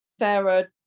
Sarah